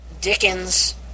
dickens